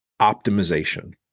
optimization